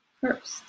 first